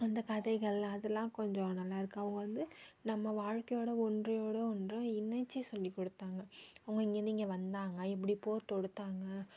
அந்த கதைகள் அதெலாம் கொஞ்சம் நல்லாயிருக்கும் அவங்க வந்து நம்ம வாழ்க்கையோட ஒன்றையோட ஒன்று இணைச்சி சொல்லி கொடுத்தாங்க அவங்க இங்கேயிருந்து இங்கே வந்தாங்க இப்படி போர் தொடுத்தாங்க